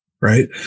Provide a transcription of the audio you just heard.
Right